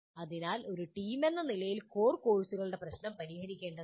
അതിനാൽ നിങ്ങൾ ഒരു ടീമെന്ന നിലയിൽ കോർ കോഴ്സുകളുടെ പ്രശ്നം പരിഹരിക്കേണ്ടതുണ്ട്